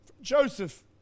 Joseph